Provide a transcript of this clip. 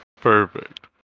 perfect